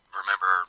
remember